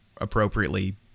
appropriately